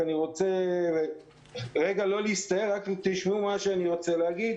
ואני רוצה רגע שתשמעו מה שיש לי להגיד.